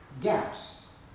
gaps